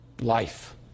Life